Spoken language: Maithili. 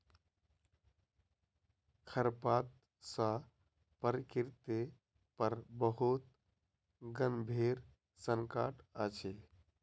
खरपात सॅ प्रकृति पर बहुत गंभीर संकट अछि